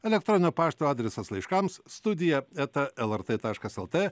elektroninio pašto adresas laiškams studija eta lrt taškas lt